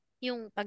yung